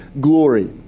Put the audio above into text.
glory